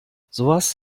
sowas